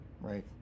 right